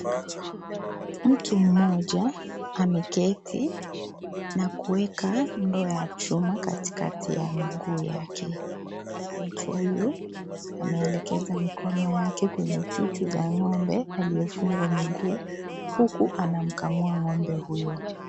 Mtu mmoja, ameketi na kuweka ndoo ya chuma, katikati ya miguu yake. Mtu huyu, anaelekeza mikono yake kwenye chuchu za ng'ombe, aliyefungwa miguu, huku, anamkamua ng'ombe huyo.